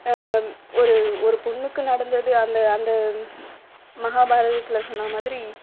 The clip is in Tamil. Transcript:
ஒரு ஒரு பொண்ணுக்கு நடந்தது அந்த அந்த மஹாபாரத்துத்தில் சொன்ன மாதிரி